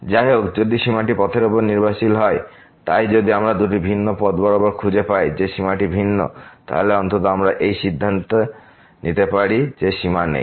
যাই হোক যদি সীমাটি পথের উপর নির্ভরশীল হয় তাই যদি আমরা দুটি ভিন্ন পথ বরাবর খুঁজে পাই যে সীমাটি ভিন্ন তাহলে অন্তত আমরা সিদ্ধান্ত নিতে পারি যে সীমা নেই